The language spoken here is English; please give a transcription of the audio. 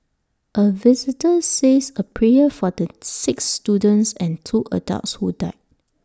A visitor says A prayer for the six students and two adults who died